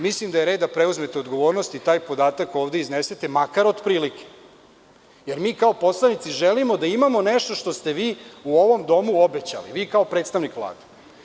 Mislim da je red da preuzmete odgovornost i taj podatak ovde iznesete, makar otprilike, jer mi kao poslanici želimo da imamo nešto što ste vi u ovom domu obećali, vi kao predstavnik Vlade.